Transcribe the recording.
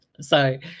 Sorry